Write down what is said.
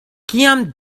kiam